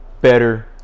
better